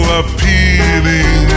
appealing